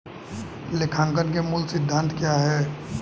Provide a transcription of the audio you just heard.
लेखांकन के मूल सिद्धांत क्या हैं?